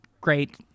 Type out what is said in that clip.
great